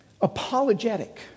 apologetic